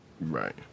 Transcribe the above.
Right